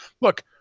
look